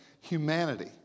humanity